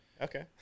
okay